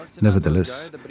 Nevertheless